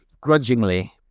grudgingly